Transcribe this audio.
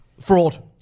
fraud